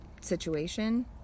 situation